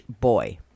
boy